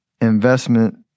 investment